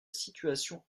situation